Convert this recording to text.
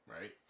right